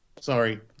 sorry